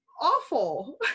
awful